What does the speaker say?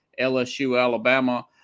LSU-Alabama